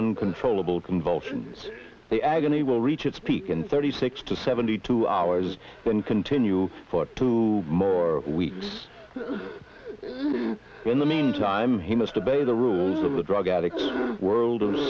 uncontrollable convulsion the agony will reach its peak in thirty six to seventy two hours then continue for two more weeks in the meantime he must obey the rules of the drug addict world